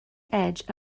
edge